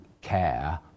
care